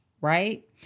right